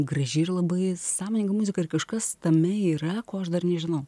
graži ir labai sąmoninga muzika ir kažkas tame yra ko aš dar nežinau